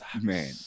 Man